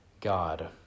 God